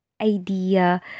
idea